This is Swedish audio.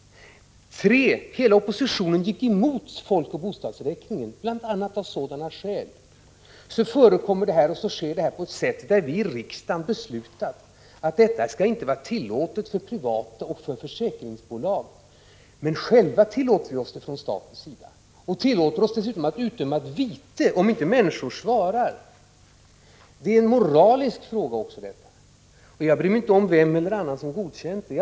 Hela oppositionen gick emot folkoch bostadsräkningen, bl.a. av dessa skäl. Och så sker detta! Det som vi i riksdagen har beslutat inte skall vara tillåtet för privata bolag och försäkringsbolag tillåter vi oss från statens sida att själva göra. Dessutom utdöms vite om människor inte svarar. Det här är också en moralisk fråga. Jag bryr mig inte om vem som har godkänt villkoren.